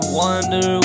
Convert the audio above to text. wonder